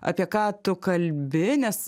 apie ką tu kalbi nes